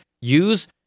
use